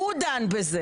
הוא דן בה.